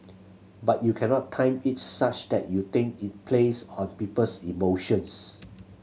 but you cannot time it such that you think it plays on people's emotions